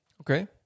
Okay